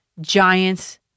Giants